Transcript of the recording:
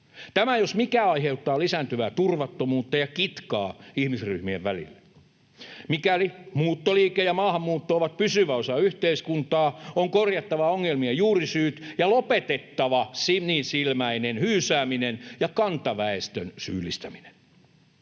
Tämä, jos mikä, aiheuttaa lisääntyvää turvattomuutta ja kitkaa ihmisryhmien välillä. Mikäli muuttoliike ja maahanmuutto ovat pysyvä osa yhteiskuntaa, on korjattava ongelmien juurisyyt ja lopetettava sinisilmäinen hyysääminen ja kantaväestön syyllistäminen.